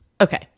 okay